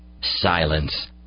Silence